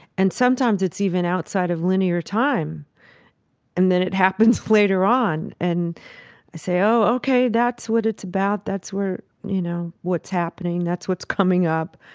and sometimes it's even outside of linear time and then it happens later on. and i say, ok, that's what it's about, that's where, you know, what's happening. that's what's coming up.